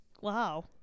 wow